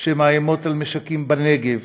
שמאיימות על משקים בנגב